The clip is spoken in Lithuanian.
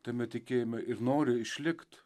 tame tikėjime ir nori išlikt